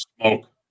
smoke